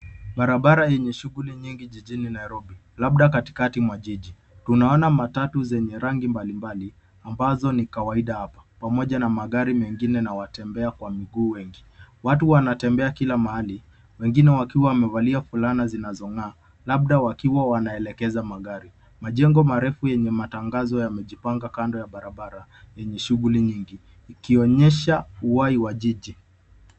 Barabara yenye shughuli nyingi jijini Nairobi labda katikati mwa jiji. Tunaona matatu zenye rangi mbalimbali ambazo ni kawaida hapa pamoja na magari mengine na watembea kwa mguu wengi. Watu wanatembea kila mahali wengine wakiwa wamevalia fulana zinazong'aa labda wakiwa wanaelekeza magari. Majengo marefu yenye matangazo yamejipanga kando ya barabara yenye shughuli nyingi ikionyesha uhai wa jiji.